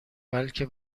بلکه